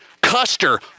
Custer